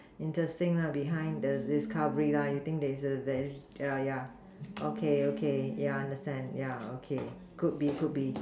interesting behind the discovery you think they yeah okay okay yeah I understand yeah okay could be could be